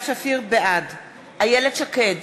בעד איילת שקד,